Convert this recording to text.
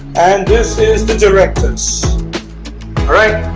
and this is the directors alright